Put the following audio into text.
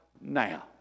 now